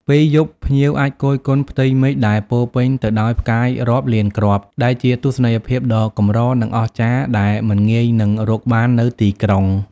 ពេលយប់ ភ្ញៀវអាចគយគន់ផ្ទៃមេឃដែលពោរពេញទៅដោយផ្កាយរាប់លានគ្រាប់ ដែលជាទស្សនីយភាពដ៏កម្រ និងអស្ចារ្យដែលមិនងាយនឹងរកបាននៅទីក្រុង។